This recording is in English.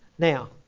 Now